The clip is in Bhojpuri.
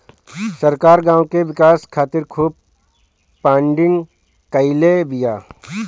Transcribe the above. सरकार गांव के विकास खातिर खूब फंडिंग कईले बिया